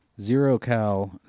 zero-cal